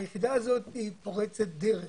היחידה הזאת היא פורצת דרך